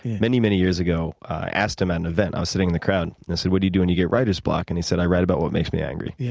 many, many years ago, i asked him at an event. i was sitting in the crowd. i and said, what do you do when you get writer's block? and he said, i write about what makes me angry. yeah